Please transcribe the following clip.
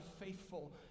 faithful